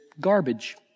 garbage